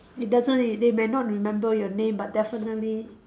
it doesn't it they may not remember your name but definitely